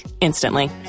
instantly